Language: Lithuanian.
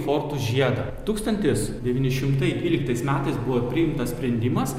fortų žiedą tūkstantis devyni šimtai dvyliktais metais buvo priimtas sprendimas